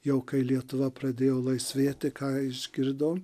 jau kai lietuva pradėjo laisvėti ką išgirdom